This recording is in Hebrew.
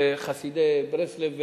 לחסידי ברסלב,